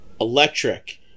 electric